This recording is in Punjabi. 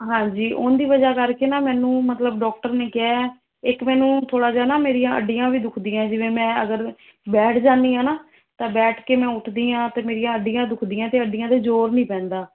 ਹਾਂਜੀ ਉਹਦੀ ਵਜ੍ਹਾ ਕਰਕੇ ਨਾ ਮੈਨੂੰ ਮਤਲਬ ਡੋਕਟਰ ਨੇ ਕਿਹਾ ਇੱਕ ਮੈਨੂੰ ਥੋੜ੍ਹਾ ਜਿਹਾ ਨਾ ਮੇਰੀਆਂ ਅੱਡੀਆਂ ਵੀ ਦੁਖਦੀਆਂ ਜਿਵੇਂ ਮੈਂ ਅਗਰ ਬੈਠ ਜਾਂਦੀ ਆ ਨਾ ਤਾਂ ਬੈਠ ਕੇ ਮੈਂ ਉੱਠਦੀ ਹਾਂ ਅਤੇ ਮੇਰੀ ਅੱਡੀਆਂ ਦੁੱਖਦੀਆਂ ਅਤੇ ਅੱਡੀਆਂ 'ਤੇ ਜੋਰ ਨਹੀਂ ਪੈਂਦਾ